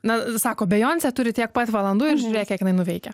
na sako bejoncė turi tiek pat valandų ir žiūrėk kiek jinai nuveikia